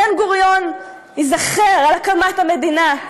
בן-גוריון ייזכר על הקמת המדינה,